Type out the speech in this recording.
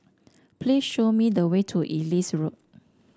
please show me the way to Ellis Road